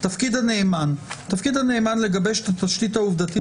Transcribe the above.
"תפקיד הנאמן לגבש את התשתית העובדתית